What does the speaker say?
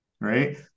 right